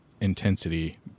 Intensity